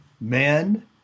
men